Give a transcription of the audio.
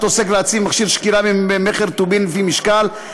עוסק להציב מכשיר שקילה במכר טובין לפי משקל),